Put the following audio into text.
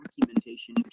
documentation